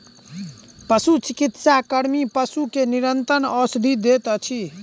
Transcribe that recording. पशुचिकित्सा कर्मी पशु के निरंतर औषधि दैत अछि